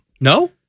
No